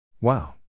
Wow